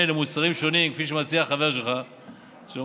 למוצרים שונים כפי שמציע החבר שלך שלום,